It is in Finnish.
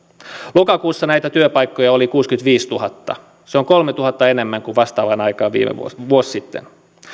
lokakuussa näitä työpaikkoja oli kuusikymmentäviisituhatta se on kolmentuhannen enemmän kuin vastaavaan aikaan vuosi vuosi sitten